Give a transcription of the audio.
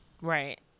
right